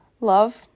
love